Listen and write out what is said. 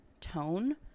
tone